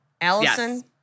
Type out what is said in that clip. Allison